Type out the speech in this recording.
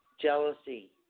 Jealousy